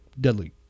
deadly